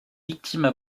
victimes